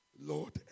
Lord